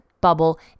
bubble